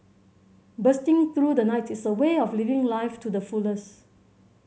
bursting through the night is a way of living life to the fullest